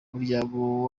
umuryango